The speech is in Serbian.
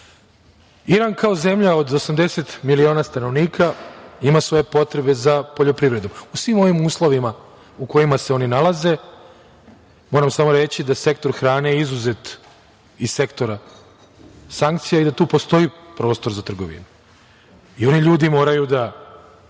Iran kao zemlja od 80 miliona stanovnika ima svoje potrebe za poljoprivredu. U svim ovim uslovima u kojima se oni nalaze, moram samo reći da sektor hrane je izuzet iz sektora sankcija i da tu postoji prostor za trgovinu. Oni ljudi moraju da